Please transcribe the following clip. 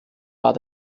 war